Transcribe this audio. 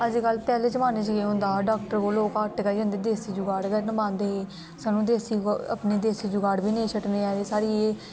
अजकल पहले जमाने च केह् होंदा हा डाॅक्टर कोल कट्ट गै जंदे हे दैसी जुगाड़ गै लांदे हे दैसी अपने देसी जुगाड़ बी नी छडने आहली साडी ऐ